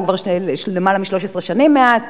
עברו למעלה מ-13 שנים מאז.